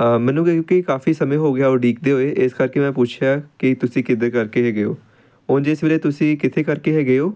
ਹਾਂ ਮੈਨੂੰ ਕਿਉਂਕਿ ਕਾਫੀ ਸਮੇਂ ਹੋ ਗਿਆ ਉਡੀਕਦੇ ਹੋਏ ਇਸ ਕਰਕੇ ਮੈਂ ਪੁੱਛਿਆ ਕਿ ਤੁਸੀਂ ਕਿਹਦੇ ਕਰਕੇ ਹੈਗੇ ਹੋ ਉਂਝ ਇਸ ਵੇਲੇ ਤੁਸੀਂ ਕਿੱਥੇ ਕਰਕੇ ਹੈਗੇ ਹੋ